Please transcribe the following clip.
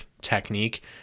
technique